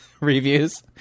Reviews